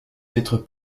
d’être